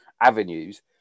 avenues